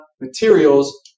materials